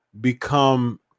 become